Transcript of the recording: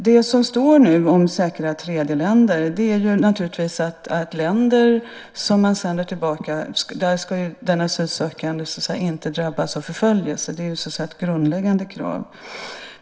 Det som nu står om säkra tredjeländer är att de länder som man sänder tillbaka personer till ska vara sådana där den asylsökande inte ska drabbas av förföljelse. Det är ett grundläggande krav.